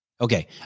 Okay